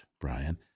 Brian